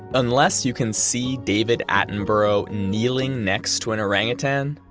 unless you can see david attenborough kneeling next to an orangutan,